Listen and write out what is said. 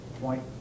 point